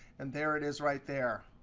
and there it is right there.